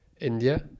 India